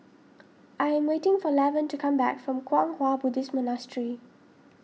I am waiting for Lavern to come back from Kwang Hua Buddhist Monastery